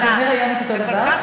זה עובר היום את אותו דבר.